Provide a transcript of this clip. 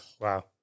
Wow